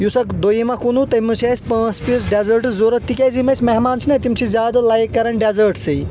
یُس اکھ دوٚیِم اکھ ووٚنوٗ تٔمہِ منٛز چھ اَسہِ پانٛژھ پیٖس ڈٮ۪زأٹٕس ضرورت تِکیٛازِ یِم اَسہِ مہمان چھنا تِم چھ زیٛادٕ لایِک کران ڈٮ۪زأٹسٕے